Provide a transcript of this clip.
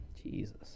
Jesus